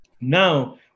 now